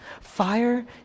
fire